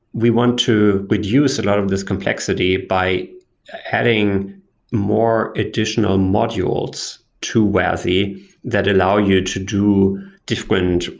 we want to reduce a lot of these complexity by adding more additional modules to wasi that allow you to do different,